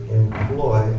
employ